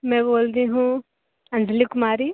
मैं बोल रही हूँ अंजली कुमारी